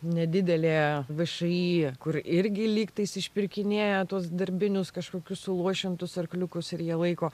nedidelė všį kur irgi lygtais išpirkinėja tuos darbinius kažkokius suluošintus arkliukus ir jie laiko